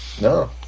No